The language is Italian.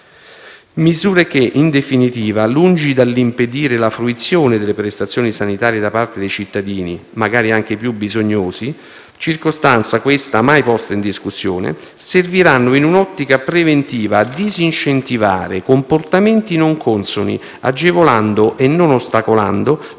Misure che, in definitiva, lungi dall'impedire la fruizione delle prestazioni sanitarie da parte dei cittadini, magari anche i più bisognosi - circostanza, questa, mai posta in discussione - serviranno, in un'ottica preventiva, a disincentivare comportamenti non consoni, agevolando, e non ostacolando,